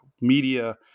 media